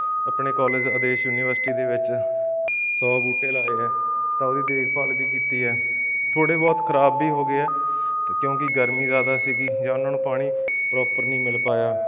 ਆਪਣੇ ਕਾਲਜ ਆਦੇਸ਼ ਯੂਨੀਵਰਸਿਟੀ ਦੇ ਵਿੱਚ ਸੌ ਬੂਟੇ ਲਾਏ ਹੈ ਤਾਂ ਉਹਦੀ ਦੇਖਭਾਲ ਵੀ ਕੀਤੀ ਹੈ ਥੋੜ੍ਹੇ ਬਹੁਤ ਖਰਾਬ ਵੀ ਹੋ ਗਏ ਹੈ ਅਤੇ ਕਿਉਂਕਿ ਗਰਮੀ ਜ਼ਿਆਦਾ ਸੀਗੀ ਜਾਂ ਉਹਨਾਂ ਨੂੰ ਪਾਣੀ ਪ੍ਰੋਪਰ ਨਹੀਂ ਮਿਲ ਪਾਇਆ